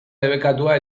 debekatua